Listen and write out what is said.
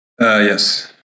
Yes